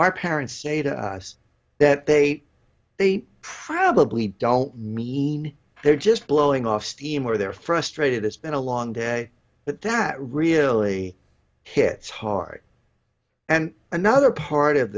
our parents say to us that they they probably don't mean they're just blowing off steam or they're frustrated it's been a long day but that really hits hard and another part of